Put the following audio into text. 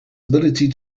ability